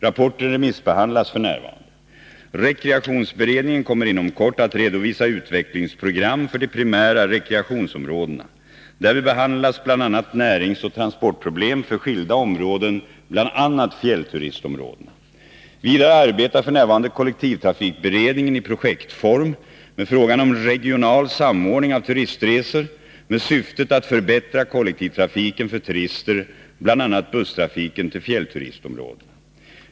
Rapporten remissbehandlas f. n. Rekreationsberedningen kommer inom kort att redovisa utvecklingsprogram för de primära rekreationsområdena. Därvid behandlas bl.a. närings 153 att stödja turistnäringen och transportproblem för skilda områden — bl.a. fjällturistområdena. Vidare arbetar f. n. kollektivtrafikberedningen i projektform med frågan om regional samordning av turistresor med syftet att förbättra kollektivtrafiken för turister — bl.a. busstrafiken till fjällturistområdena.